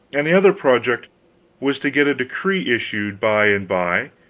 and the other project was to get a decree issued by and by,